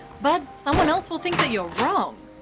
but someone else will think that you're wrong.